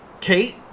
Kate